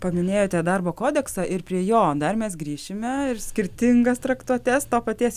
paminėjote darbo kodeksą ir prie jo dar mes grįšime ir skirtingas traktuotes to paties